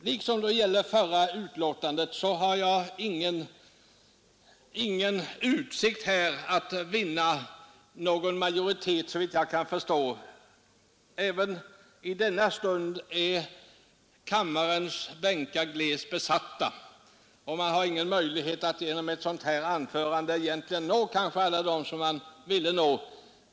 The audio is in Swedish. Liksom då det gäller föregående betänkande på föredragningslistan har jag, såvitt jag kan förstå, ingen utsikt att vinna en majoritet för mitt förslag. Även i denna stund är kammarens bänkar glest besatta, och man har ingen möjlighet att genom ett sådant här anförande nå dem som man kanske ville nå.